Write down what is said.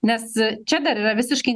nes čia dar yra visiškai